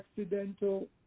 accidental